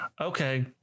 okay